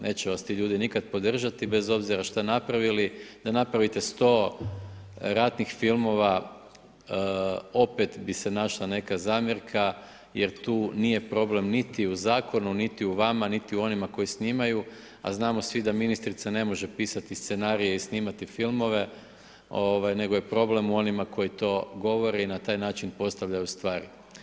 Neće vas ti ljudi nikada podržati, bez obzira što napravili, da napravite 100 ratnih filmova, opet bi se našla neka zamjerka, jer tu nije problem niti u zakonu, niti u vama, niti u onima koji snimaju, a znamo svi da ministrica ne može pisati scenarije i snimati filmove, nego je problem u onima koji to govore i na taj način postavljaju stvari.